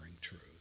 truth